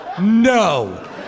No